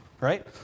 right